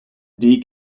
dee